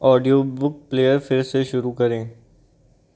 audiobook player फिर से शुरू करें